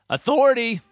Authority